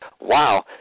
Wow